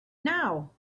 now